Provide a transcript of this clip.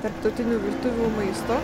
tarptautinių virtuvių maisto